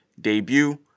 debut